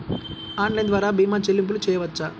Online ద్వార భీమా చెల్లింపులు చేయవచ్చా?